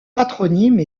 patronyme